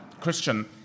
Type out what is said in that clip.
Christian